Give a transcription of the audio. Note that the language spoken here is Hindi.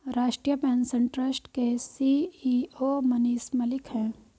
राष्ट्रीय पेंशन ट्रस्ट के सी.ई.ओ मनीष मलिक है